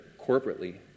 corporately